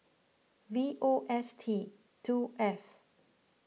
V O S T two F